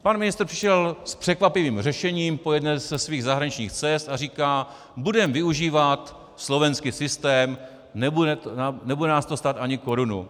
Pan ministr přišel s překvapivým řešením po jedné ze svých zahraničních cest a říká: budeme využívat slovenský systém, nebude nás to stát ani korunu.